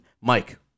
Mike